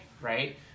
right